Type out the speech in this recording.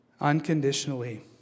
Unconditionally